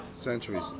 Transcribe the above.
Centuries